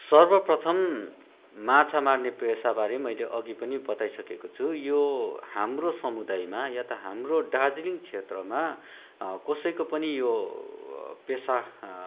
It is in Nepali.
सर्वप्रथम माछा मार्ने पेसाबारे मैले अघि पनि बताइसकेको छु यो हाम्रो समुदायमा या त हाम्रो दार्जिलिङ क्षेत्रमा कसैको पनि यो पेसा